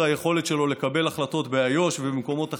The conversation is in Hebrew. היכולת שלו לקבל החלטות באיו"ש ובמקומות אחרים?